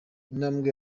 intambwe